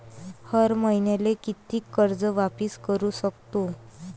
हर मईन्याले कितीक कर्ज वापिस करू सकतो?